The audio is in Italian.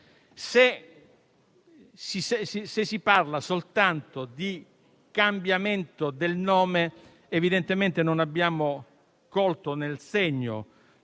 se si parla soltanto di cambiamento del nome, evidentemente non abbiamo colto nel segno